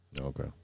Okay